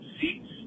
seats